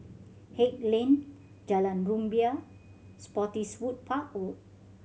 Haig Lane Jalan Rumbia Spottiswoode Park Road